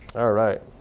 all right,